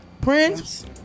Prince